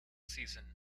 season